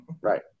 Right